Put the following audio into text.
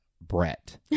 Brett